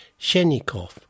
Shenikov